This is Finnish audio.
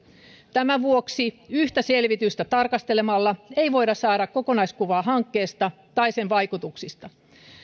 tämän vuoksi yhtä selvitystä tarkastelemalla ei voi saada kokonaiskuvaa hankkeesta tai sen vaikutuksista